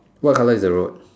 what colour is the road